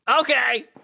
Okay